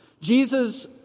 Jesus